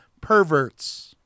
perverts